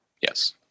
yes